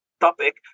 topic